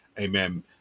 amen